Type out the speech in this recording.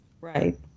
right